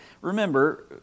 Remember